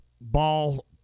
ball